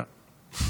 לא.